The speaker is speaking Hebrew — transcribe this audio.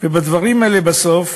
והדברים האלה, בסוף,